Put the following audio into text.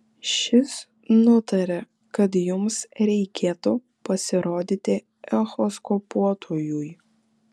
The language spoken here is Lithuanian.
šis nutarė kad jums reikėtų pasirodyti echoskopuotojui